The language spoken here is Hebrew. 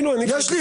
יש לי איזו תזה.